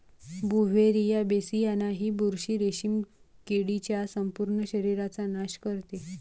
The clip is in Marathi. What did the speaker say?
बुव्हेरिया बेसियाना ही बुरशी रेशीम किडीच्या संपूर्ण शरीराचा नाश करते